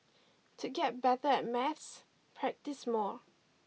to get better at maths practise more